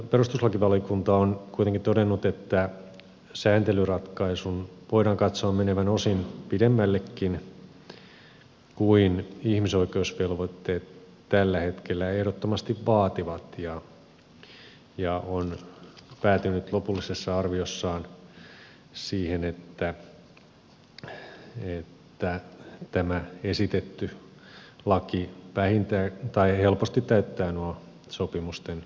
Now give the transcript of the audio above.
perustuslakivaliokunta on kuitenkin todennut että sääntelyratkaisun voidaan katsoa menevän osin pidemmällekin kuin ihmisoikeusvelvoitteet tällä hetkellä ehdottomasti vaativat ja on päätynyt lopullisessa arviossaan siihen että tämä esitetty laki helposti täyttää nuo sopimusten velvoitteet